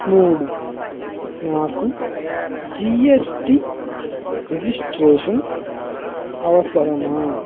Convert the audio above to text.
మూడు నాకు GST registration అవసరమా